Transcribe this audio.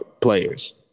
players